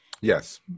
Yes